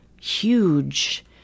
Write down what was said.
huge